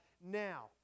now